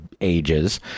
ages